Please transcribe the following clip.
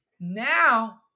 Now